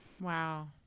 Wow